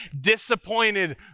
Disappointed